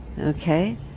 okay